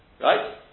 right